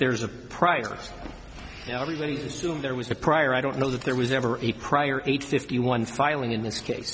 there's a price you know everybody assumed there was a prior i don't know that there was ever a prior eight fifty one filing in this case